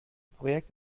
projekt